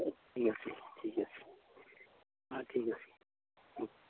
ঠিক আছে ঠিক আছে অঁ ঠিক আছে